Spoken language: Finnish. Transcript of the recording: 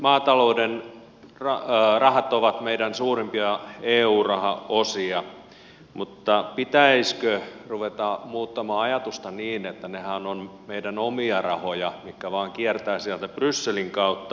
maatalouden rahat ovat meidän suurimpia eu rahaosia mutta pitäisikö ruveta muuttamaan ajatusta niin että nehän ovat meidän omia rahoja mitkä vaan kiertävät sieltä brysselin kautta